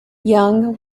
young